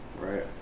Right